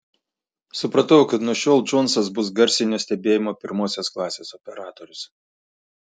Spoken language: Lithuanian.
supratau kad nuo šiol džonsas bus garsinio stebėjimo pirmosios klasės operatorius